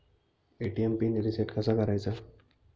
ATM PIN reset कसा करायचा?